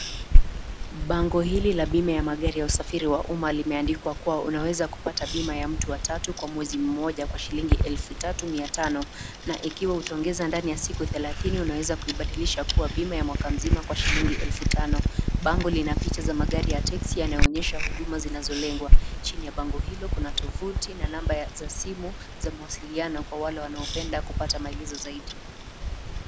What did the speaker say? Bango hili la bima ya magari ya usafiri wa umma limeandikwa kuwa unaweza kupata bima ya mtu wa tatu kwa mwezi mmoja kwa shilingi elfu tatu mia tano na ikiwa utaongeza ndani ya siku thelathini unaweza kuibadilisha kuwa bima ya mwaka mzima kwa shilingi elfu tano. Bango lina picha za magari ya teksi yanayoonyesha huduma zinazolengwa. Chini ya bango hilo kuna tovuti na namba za simu za mawasiliano kwa wale wanaopenda kupata maelezo zaidi.